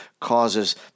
causes